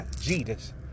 Jesus